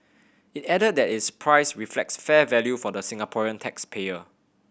it added that its price reflects fair value for the Singaporean tax payer